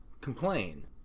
complain